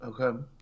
Okay